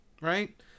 right